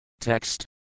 Text